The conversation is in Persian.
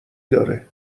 داره